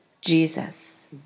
Jesus